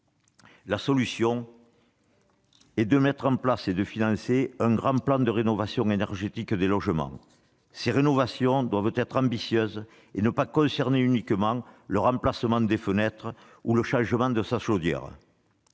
La solution est de mettre en place et de financer un grand plan de rénovation énergétique des logements. Ces rénovations doivent être ambitieuses et ne pas concerner uniquement le remplacement des fenêtres ou le changement des chaudières.